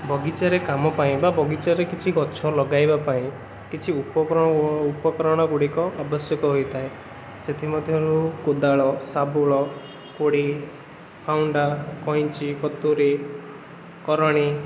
ବଗିଚାରେ କାମ ପାଇଁ ବା ବଗିଚାରେ କିଛି ଗଛ ଲଗାଇବା ପାଇଁ କିଛି ଉପକରଣ ଗୁଡ଼ିକ ଆବଶ୍ୟକ ହୋଇଥାଏ ସେଥିମଧ୍ୟରୁ କୋଦାଳ ଶାବଳ କୋଡ଼ି ଫାଉଣ୍ଡା ଖଣ୍ଡା କଇଁଚି କତୁରି କରଣି